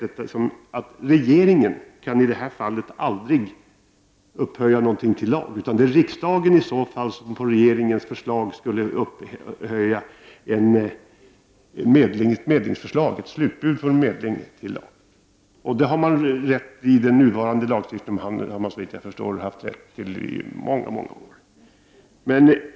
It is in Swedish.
Regeringen kan aldrig upphöja någonting till lag. Det är riksdagen som i så fall på regeringens förslag kan upphöja ett medlingsförslag, ett slutbud från en medling, till lag. Det har den rätt till enligt den nuvarande lagstiftningen, och det har den, såvitt jag förstår, haft rätt till i många år.